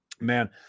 Man